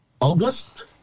August